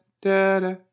da-da